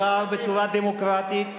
הוא נבחר בצורה דמוקרטית,